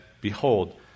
behold